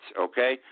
okay